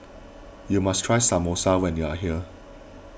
you must try Samosa when you are here